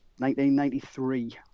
1993